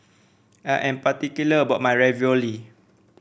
I am particular about my Ravioli